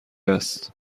است